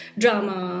drama